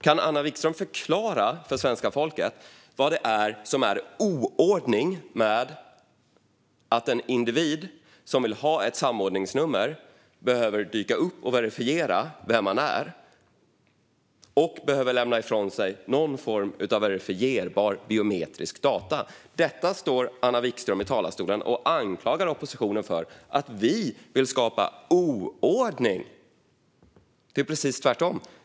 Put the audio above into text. Kan Anna Vikström förklara för svenska folket vad det är som är oordning med att en individ som vill ha ett samordningsnummer behöver dyka upp, verifiera sin identitet och lämna ifrån sig någon form av verifierbara biometriska data? Anna Vikström står i talarstolen och anklagar oppositionen för att vilja skapa oordning. Men det är precis tvärtom.